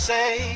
Say